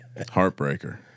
Heartbreaker